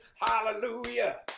Hallelujah